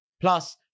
Plus